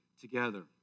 together